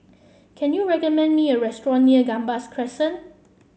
can you recommend me a restaurant near Gambas Crescent